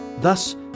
Thus